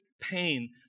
pain